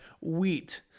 Wheat